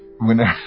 whenever